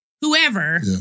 whoever